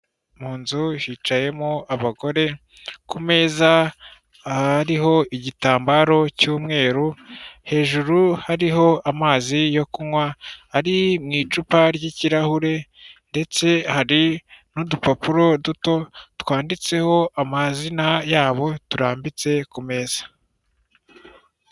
Mu nzu hicayemo abagore, ku meza hariho igitambaro cy'umweru, hejuru hariho amazi yo kunywa ari mu icupa ry'ikirahure ndetse hari n'udupapuro duto twanditseho amazina yabo turambitse ku meza.